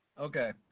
Okay